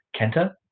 Kenta